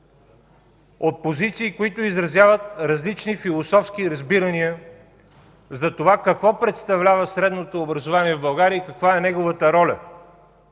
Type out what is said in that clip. от позиции, които изразяват различни философски разбирания за това какво представлява средното образование в България и каква е неговата роля